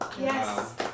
Yes